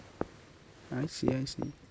I see I see